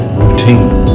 routine